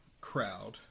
crowd